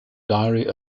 diary